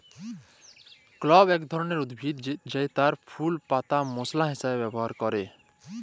clove এক ধরলের উদ্ভিদ জেতার ফুল পাতা মশলা হিসাবে ব্যবহার ক্যরে